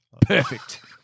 Perfect